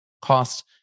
costs